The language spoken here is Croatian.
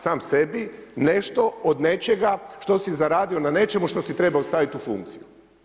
Sam sebi nešto od nečega što si zaradio na nečemu što si trebao staviti u funkciju.